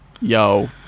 Yo